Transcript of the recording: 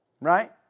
right